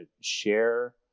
share